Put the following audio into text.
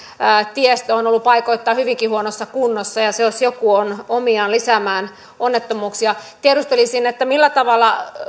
tiestö on ollut paikoittain hyvinkin huonossa kunnossa ja se jos joku on omiaan lisäämään onnettomuuksia tiedustelisin millä tavalla